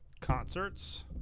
Concerts